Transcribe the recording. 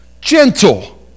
Gentle